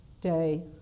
day